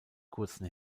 kurzen